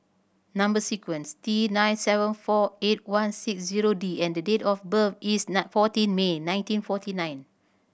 number sequence T nine seven four eight one six zero D and the date of birth is fourteen May nineteen forty nine